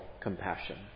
compassion